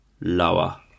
Lower